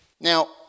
Now